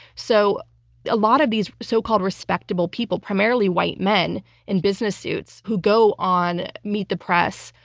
so a lot of these so-called respectable people, primarily white men in business suits who go on meet the press,